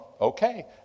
Okay